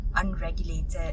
unregulated